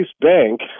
Bank